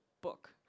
book